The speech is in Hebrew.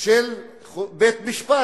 של בית-משפט?